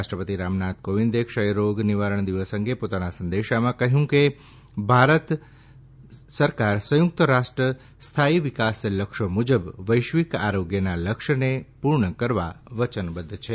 રાષ્ટ્રપતિ રામનાથ કોવિંદે ક્ષયરોગ નિવારણ દિવસ અંગે પોતાના સંદેશામાં કહયું કે ભારત સરકાર સંયુકત રાષ્ટ્ર સ્થાઇ વિકાસ લક્ષ્યો મુજબ વૈશ્વિક આરોગ્યના લક્ષ્યને પુર્ણ કરવા વયનબધ્ધ છે